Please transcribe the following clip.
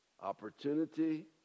opportunity